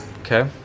Okay